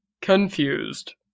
confused